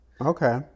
Okay